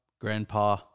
Grandpa